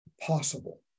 possible